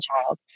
child